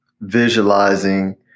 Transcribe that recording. visualizing